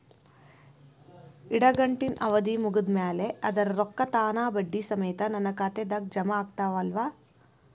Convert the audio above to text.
ಇಡಗಂಟಿನ್ ಅವಧಿ ಮುಗದ್ ಮ್ಯಾಲೆ ಅದರ ರೊಕ್ಕಾ ತಾನ ಬಡ್ಡಿ ಸಮೇತ ನನ್ನ ಖಾತೆದಾಗ್ ಜಮಾ ಆಗ್ತಾವ್ ಅಲಾ?